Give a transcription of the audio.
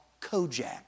Kojak